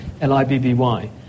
L-I-B-B-Y